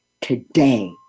today